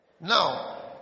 Now